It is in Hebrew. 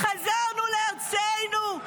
חזרנו לארצנו.